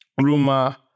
Rumor